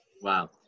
Wow